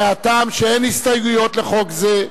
מהטעם שאין הסתייגויות לחוק זה.